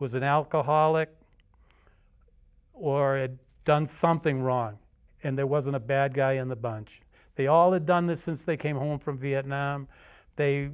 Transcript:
was an alcoholic or had done something wrong and there wasn't a bad guy in the bunch they all that done this since they came home from vietnam they